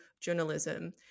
journalism